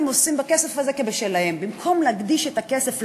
עושים בכסף הזה כבשלהם: במקום להקדיש את הכסף לפגיות,